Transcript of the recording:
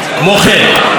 כמו כן,